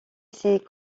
ses